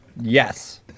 Yes